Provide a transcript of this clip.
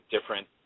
different